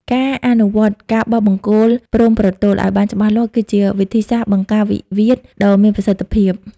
ការអនុវត្ត "ការបោះបង្គោលព្រំប្រទល់" ឱ្យបានច្បាស់លាស់ គឺជាវិធីសាស្ត្របង្ការវិវាទដ៏មានប្រសិទ្ធភាព។